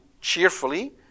cheerfully